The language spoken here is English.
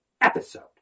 episode